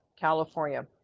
California